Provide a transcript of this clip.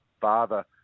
father